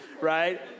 right